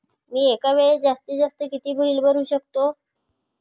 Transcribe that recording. मी एका वेळेस जास्तीत जास्त किती बिल भरू शकतो?